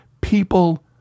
people